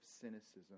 cynicism